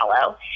follow